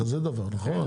כזה דבר, נכון?